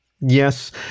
Yes